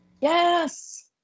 yes